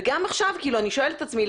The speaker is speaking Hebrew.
וגם עכשיו כאילו אני שואלת את עצמי,